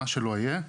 מה שלא יהיה.